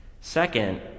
Second